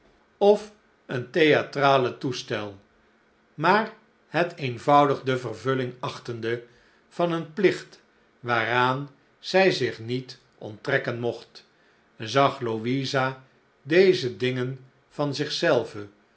of een theatralen toestel maar het eenvoudig de vervulling achtende van een plicht waaraan zij zich niet onttrekken mocht zag louisa deze dingen van